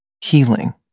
healing